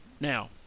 Now